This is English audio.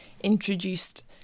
introduced